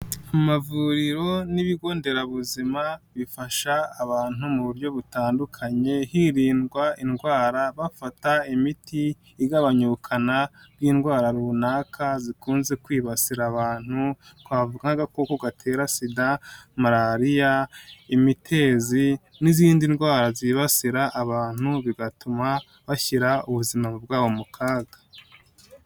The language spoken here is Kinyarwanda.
Amavuriro n'ibigo nderabuzima bifasha abantu mu buryo butandukanye, hirindwa indwara bafata imiti igabanya ubukana bw'indwara runaka zikunze kwibasira abantu, twavuga nk'agakoko gatera sida, malariya imitezi n'izindi ndwara zibasira abantu, bigatuma bashyira ubuzima bwabo mu kaga.